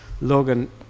Logan